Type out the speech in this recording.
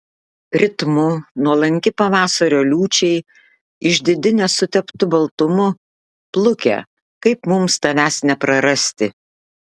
ritmu nuolanki pavasario liūčiai išdidi nesuteptu baltumu pluke kaip mums tavęs neprarasti